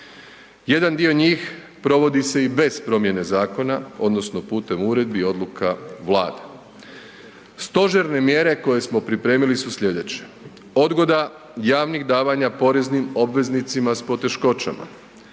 Jedan dio njih provodi se i bez promjene zakona odnosno putem uredbi, odluka Vlade. Stožerne mjere koje smo pripremili su sljedeće: odgoda javnih davanja poreznim obveznicima s poteškoćama,